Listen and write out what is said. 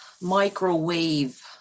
microwave